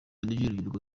ry’urubyiruko